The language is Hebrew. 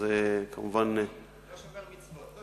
זה כמובן, לא שומר מצוות.